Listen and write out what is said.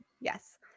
yes